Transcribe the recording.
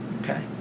Okay